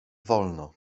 wolno